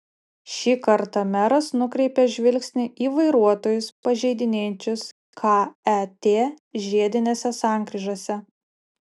šį kartą meras nukreipė žvilgsnį į vairuotojus pažeidinėjančius ket žiedinėse sankryžose